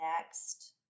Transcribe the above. next